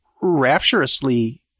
rapturously